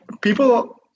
people